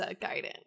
guidance